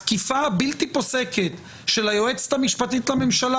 התקיפה הבלתי פוסקת של היועצת המשפטית לממשלה